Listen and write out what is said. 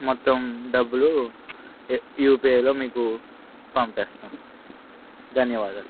మొత్తం డబ్బులు యూ పీ ఐలో మీకు పంపేస్తాను ధన్యవాదాలు